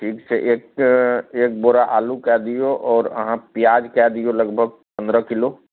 ठीक छै एक अऽ एक बोरा आलू कै दिऔ आओर अहाँ पिआज कै दिऔ लगभग पनरह किलो